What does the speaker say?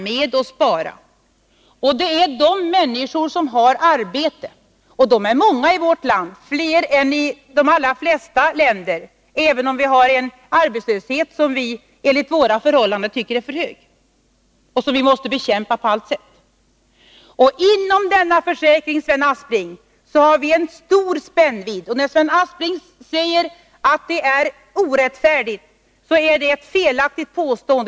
Det gäller framför allt de människor som har arbete — och det är många i vårt land, fler än i de allra flesta länder, även om vi har en arbetslöshet som enligt våra förhållanden är för hög och som vi på alla sätt måste bekämpa. Inom denna försäkring har vi, Sven Aspling, en stor spännvidd. Därför är det ett felaktigt påstående, när Sven Aspling säger att det är ett orättfärdigt förslag.